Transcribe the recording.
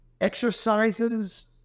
exercises